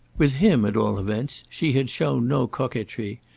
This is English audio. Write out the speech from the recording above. with him, at all events, she had shown no coquetry,